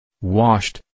Washed